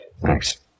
Thanks